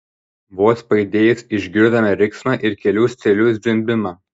vos pajudėjus išgirdome riksmą ir kelių strėlių zvimbimą